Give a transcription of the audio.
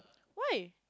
why